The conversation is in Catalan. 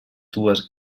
dues